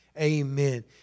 Amen